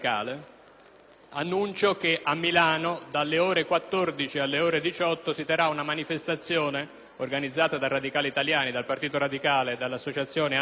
comunico che a Milano, dalle ore 14 alle ore 18, si terrà una manifestazione, organizzata dal Partito radicale e dall'associazione Annaviva,